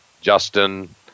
Justin